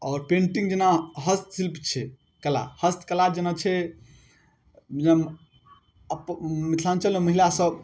आओर पेन्टिङ्ग जेना हस्तशिल्प छै कला हस्तकला जेना छै मिथिलाञ्चलमे महिलासब